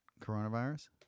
coronavirus